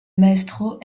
maestro